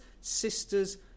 sister's